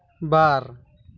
ᱵᱟᱨ